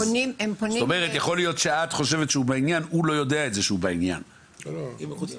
יכול להיות שאת חושבת שהוא בעניין אבל הוא לא יודע את זה.